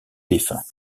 défunt